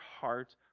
heart